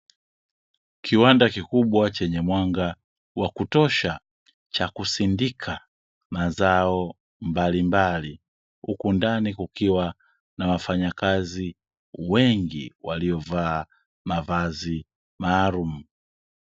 Kiwanda kikubwa chenye mwanga wa kutosha, cha kusindika mazao mbalimbali, huku ndani kukiwa na wafanyakazi wengi waliovaa mavazi maalumu.